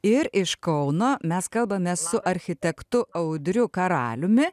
ir iš kauno mes kalbame su architektu audriu karaliumi